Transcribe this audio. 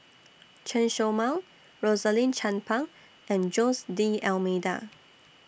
Chen Show Mao Rosaline Chan Pang and Jose D'almeida